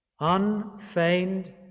Unfeigned